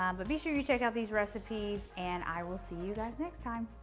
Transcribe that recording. um but be sure you check out these recipes, and i will see you guys next time,